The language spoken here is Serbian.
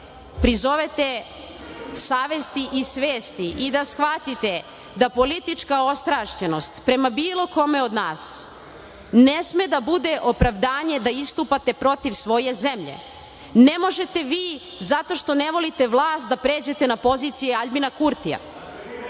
prizovete savesti i svesti i da shvatite da politička ostrašćenost prema bilo kome od nas ne sme da bude opravdanje da istupate protiv svoje zemlje. Ne možete vi, zato što ne volite vlast da pređete na poziciju Aljbina Kurtija,